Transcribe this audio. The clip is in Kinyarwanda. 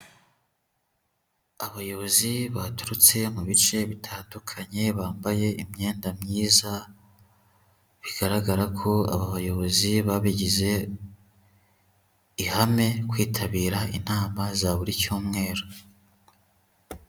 Abayobozi baturutse mu bice bitandukanye, bambaye imyenda myiza, bigaragara ko aba bayobozi babigize ihame kwitabira inama za buri cyumweru.